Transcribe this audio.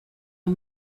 are